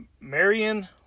Marion